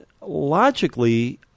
logically